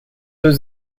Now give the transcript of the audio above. was